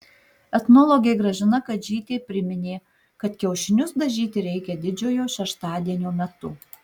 etnologė gražina kadžytė priminė kad kiaušinius dažyti reikia didžiojo šeštadienio metu